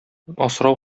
асрау